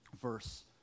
verse